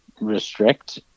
restrict